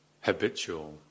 habitual